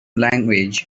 language